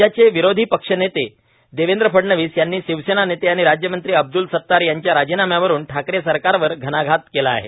राज्याचे विरोधी पक्षनेते देवेंद्र फडणवीस यांनी शिवसेना नेते आणि राज्यमंत्री अब्द्रल सतार यांच्या राजीनाम्यावरुन ठाकरे सरकारवर घणाघात केला आहे